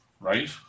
right